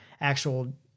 actual